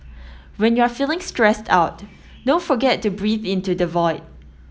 when you are feeling stressed out don't forget to breathe into the void